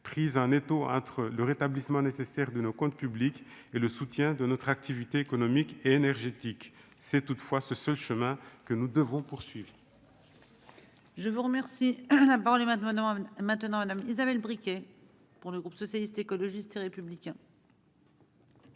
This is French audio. pris un étau entre le rétablissement nécessaire de nos comptes publics et le soutien de notre activité économique et énergétique, c'est toutefois ce ce chemin que nous devons poursuivre.